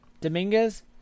Dominguez